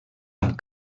amb